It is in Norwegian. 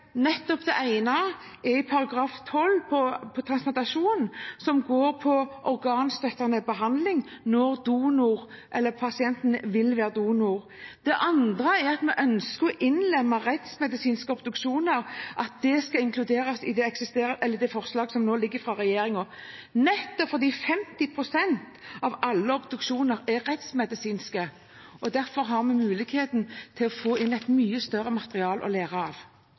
som handler om organstøttende behandling når pasienten vil være donor. Det andre er at vi ønsker at rettsmedisinske obduksjoner skal inkluderes i det forslaget som ligger fra regjeringen, fordi 50 pst. av alle obduksjoner er rettsmedisinske. Derfor har vi muligheten til å få inn et mye større materiale å lære